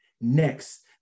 Next